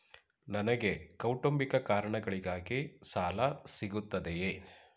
ನನಗೆ ಕೌಟುಂಬಿಕ ಕಾರಣಗಳಿಗಾಗಿ ಸಾಲ ಸಿಗುತ್ತದೆಯೇ?